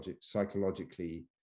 psychologically